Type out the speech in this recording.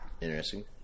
Interesting